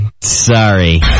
sorry